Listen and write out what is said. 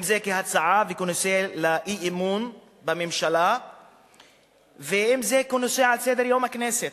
אם כהצעה וכנושא לאי-אמון בממשלה ואם כנושא על סדר-יום הכנסת.